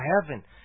heaven